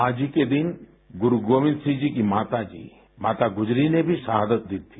आज ही के दिन गुरु गोविंद सिंह जी की माता जी माता गुजरी ने भी शहादत दी थी